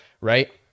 right